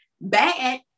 bad